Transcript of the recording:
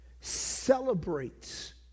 celebrates